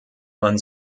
man